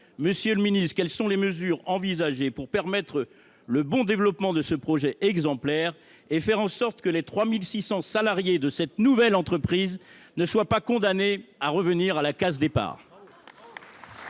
monsieur le ministre, quelles sont les mesures envisagées pour permettre le bon développement de ce projet exemplaire et pour faire en sorte que les 3 600 salariés de cette nouvelle entreprise ne soient pas condamnés à revenir à la case départ ?